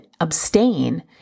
abstain